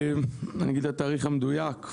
אני אגיד את התאריך המדויק.